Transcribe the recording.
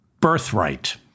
birthright